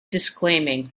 disclaiming